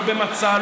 לא במצע,